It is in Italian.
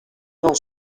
non